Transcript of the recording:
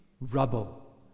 rubble